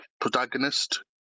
protagonist